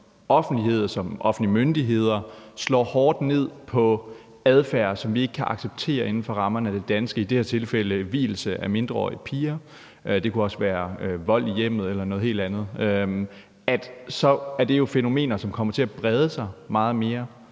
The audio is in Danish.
som offentlige myndigheder slår hårdt ned på adfærd, som vi ikke kan acceptere inden for rammerne af det danske – i det her tilfælde vielse af mindreårige piger, og det kunne også være vold i hjemmet eller noget helt andet – så er det jo fænomener, som kommer til at brede sig meget mere,